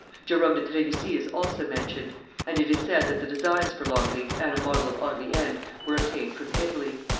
jerome de trevisi is also mentioned and it is said that the designs for longleat and a model of audley end were obtained from italy.